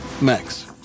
Max